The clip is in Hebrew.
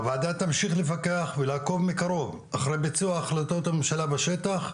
הוועדה תמשיך לפקח ולעקוב מקרוב אחרי ביצוע החלטות ממשלה בשטח,